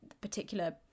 particular